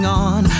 on